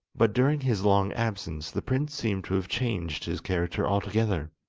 but during his long absence the prince seemed to have changed his character altogether.